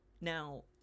now